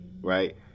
right